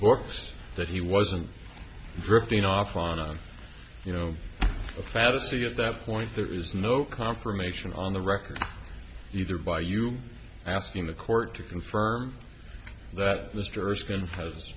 books that he wasn't drifting off on you know a fantasy at that point there is no confirmation on the record either by you asking the court to confirm that